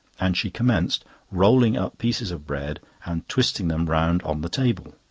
and she commenced rolling up pieces of bread, and twisting them round on the table.